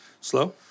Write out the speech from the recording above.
Slow